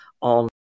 on